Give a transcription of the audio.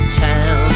town